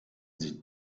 sie